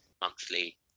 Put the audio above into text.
monthly